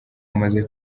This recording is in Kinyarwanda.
wamaze